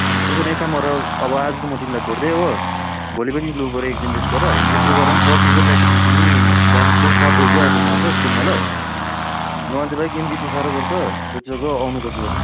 त्यसो भने एक काम गर अब आज त म तिमीलाई छोडिदिए हो भोलि पनि लु बरु एकदिन रेस्ट गर जेसुकै गर पर्सि चाहिँ प्र्याक्टिसमा तिमी बिहानको सात बजी चाहिँ आइपुग्नु पर्छ है स्कुलमा ल नभए चाहिँं भाइ गेम जित्नु साह्रो पर्छ जति सक्दो आउने कोसिस गर्नु